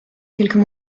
quelques